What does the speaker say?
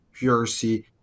PRC